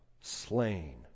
slain